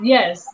Yes